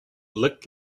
looked